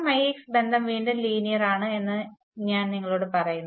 RmIx ബന്ധം വീണ്ടും linear ആണ് എന്ന് നിങ്ങളോട് പറയുന്നു